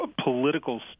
political